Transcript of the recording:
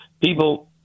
people